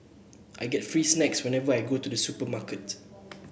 I get free snacks whenever I go to the supermarket